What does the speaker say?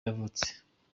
yavutse